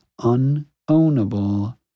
unownable